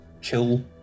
kill